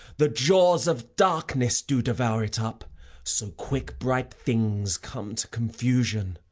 the jaws of darkness do devour it up so quick bright things come to confusion.